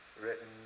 written